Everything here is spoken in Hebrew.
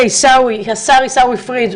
השר עיסאווי פריג',